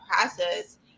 process